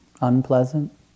unpleasant